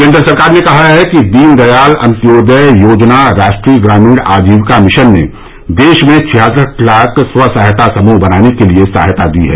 केन्द्र सरकार ने कहा है कि दीनदयाल अंत्योदय योजना राष्ट्रीय ग्रामीण आजीविका मिशन ने देश में छियासठ लाख स्व सहायता समूह बनाने के लिए सहायता दी है